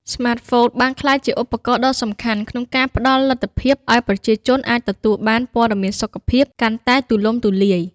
ស្មាតហ្វូនបានក្លាយជាឧបករណ៍ដ៏សំខាន់ក្នុងការផ្តល់លទ្ធភាពឲ្យប្រជាជនអាចទទួលបាន ព័ត៌មានសុខភាព កាន់តែទូលំទូលាយ។